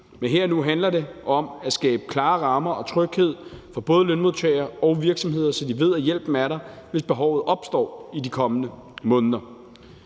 Men her og nu handler det om at skabe klare rammer og tryghed for både lønmodtagere og virksomheder, så de ved, at hjælpen er der, hvis behovet opstår i de kommende måneder.